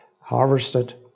harvested